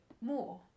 more